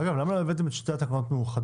אגב, למה לא הבאתם את שתי התקנות מאוחדות?